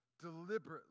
deliberately